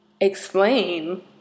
Explain